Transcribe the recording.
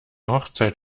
hochzeit